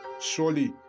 Surely